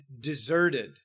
deserted